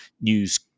news